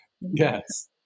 Yes